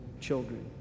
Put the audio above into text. children